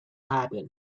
happen